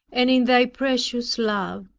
and in thy precious love.